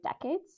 decades